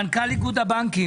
בבקשה.